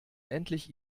endlich